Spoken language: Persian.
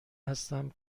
هستم